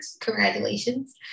Congratulations